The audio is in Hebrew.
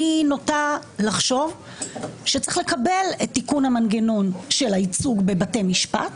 אני נוטה לחשוב שצריך לקבל את תיקון המנגנון של הייצוג בבתי משפט,